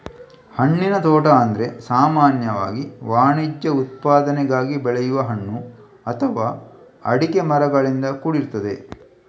ಹಣ್ಣಿನ ತೋಟ ಅಂದ್ರೆ ಸಾಮಾನ್ಯವಾಗಿ ವಾಣಿಜ್ಯ ಉತ್ಪಾದನೆಗಾಗಿ ಬೆಳೆಯುವ ಹಣ್ಣು ಅಥವಾ ಅಡಿಕೆ ಮರಗಳಿಂದ ಕೂಡಿರ್ತದೆ